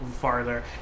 farther